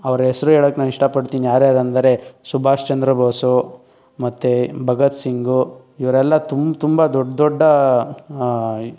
ಅವರ ಹೆಸರು ಹೇಳೋಕ್ಕೆ ನಾನು ಇಷ್ಟಪಡ್ತೀನಿ ಯಾರು ಯಾರು ಅಂದರೆ ಸುಭಾಷ್ ಚಂದ್ರ ಬೋಸ್ ಮತ್ತೆ ಭಗತ್ ಸಿಂಗ್ ಇವರೆಲ್ಲ ತುಮ್ ತುಂಬ ದೊಡ್ಡ ದೊಡ್ಡ